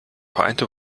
vereinte